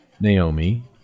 Naomi